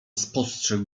spostrzegł